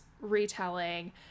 retelling